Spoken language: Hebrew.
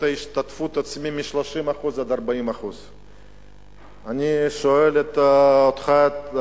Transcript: ההשתתפות העצמית מ-30% עד 40%. אני שואל אותך,